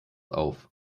auf